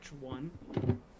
one